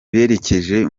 berekeje